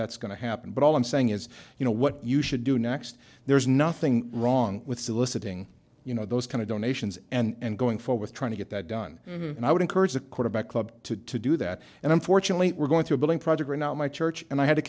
that's going to happen but all i'm saying is you know what you should do next there's nothing wrong with soliciting you know those kind of donations and going for with trying to get that done and i would encourage the quarterback club to do that and unfortunately we're going through a building project or not my church and i had to